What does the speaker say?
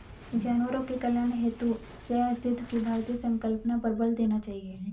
जानवरों के कल्याण हेतु सहअस्तित्व की भारतीय संकल्पना पर बल देना चाहिए